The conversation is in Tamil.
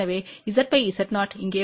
எனவே Z Z0 இங்கே வரும்